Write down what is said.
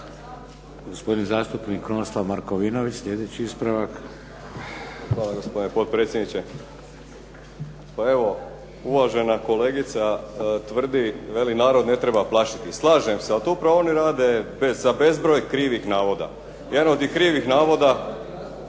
Hvala gospodine potpredsjedniče. Pa evo, uvažena kolegica tvrdi, veli narod ne treba plašiti. Slažem se, ali to upravo oni rade za bezbroj krivih navoda. Jedan od tih krivih navoda